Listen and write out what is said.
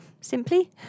simply